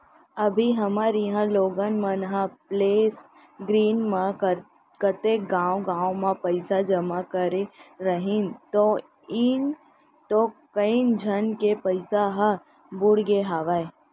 अभी हमर इहॉं लोगन मन ह प्लस ग्रीन म कतेक गॉंव गॉंव म पइसा जमा करे रहिन तौ कइ झन के पइसा ह बुड़गे हवय